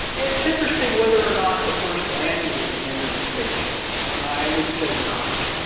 it's interesting whether or not the first landing was the end of the space race. i would say not.